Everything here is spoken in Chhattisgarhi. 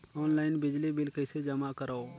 ऑनलाइन बिजली बिल कइसे जमा करव?